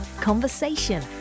conversation